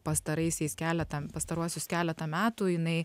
pastaraisiais keletą pastaruosius keletą metų jinai